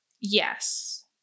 yes